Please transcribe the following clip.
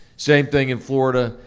same thing in florida,